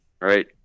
right